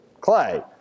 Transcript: clay